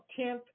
10th